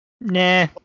Nah